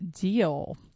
deal